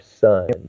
son